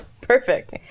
perfect